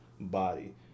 body